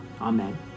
Amen